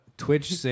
Twitch